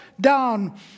down